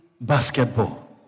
basketball